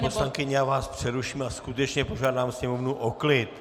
Paní poslankyně, já vás přeruším a skutečně požádám sněmovnu o klid.